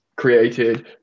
Created